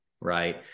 right